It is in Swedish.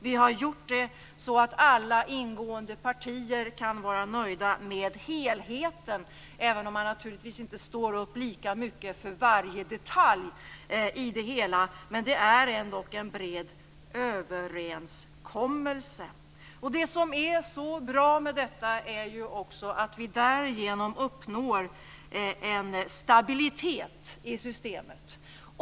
Vi har gjort det, så att alla ingående partier kan vara nöjda med helheten även om man naturligtvis inte står upp lika mycket för varje detalj. Men det är ändock en bred överenskommelse. Det som är så bra med detta är ju också att vi därigenom uppnår en stabilitet i systemet.